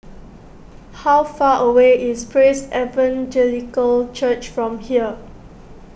how far away is Praise Evangelical Church from here